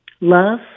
Love